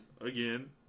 Again